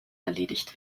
erledigt